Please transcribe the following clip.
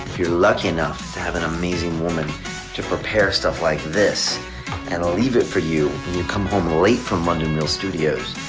if you're lucky enough to have an amazing woman to prepare stuff like this and leave it for you when you come home late from london real studios,